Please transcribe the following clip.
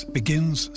begins